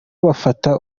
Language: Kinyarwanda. bafata